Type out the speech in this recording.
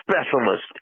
specialist